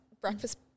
breakfast